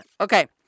Okay